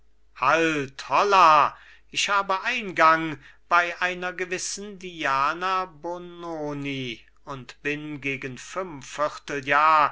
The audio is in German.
halt holla ich habe eingang bei einer gewissen diana bononi und bin gegen fünf vierteljahr